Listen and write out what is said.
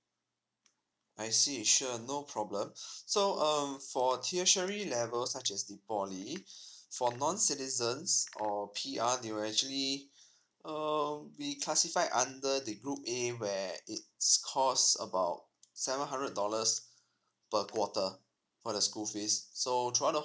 I see sure no problem so um for tertiary level such as the poly for non citizens or P_R they're actually um we classify under the group a where it cost about seven hundred dollars per quarter for the schools fees so throughout